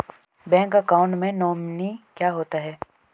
Bank account में nominee क्या होता है?